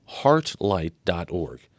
heartlight.org